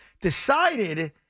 decided